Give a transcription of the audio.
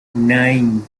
nine